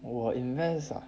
我 invest ah